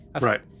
right